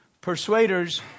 persuaders